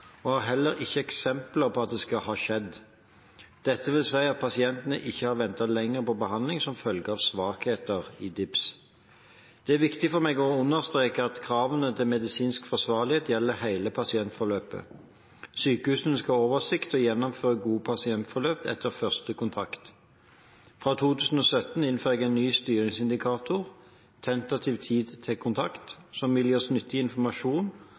heller ikke eksempler på at det skal ha skjedd. Det vil si at pasientene ikke har ventet lenger på behandling som følge av svakheter i DIPS. Det er viktig for meg å understreke at kravene til medisinsk forsvarlighet gjelder i hele pasientforløpet. Sykehusene skal ha oversikt og gjennomføre gode pasientforløp etter første kontakt. Fra 2017 innfører jeg en ny styringsindikator, «tentativ tid til kontakt», som vil gi oss nyttig informasjon